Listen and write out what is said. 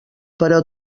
però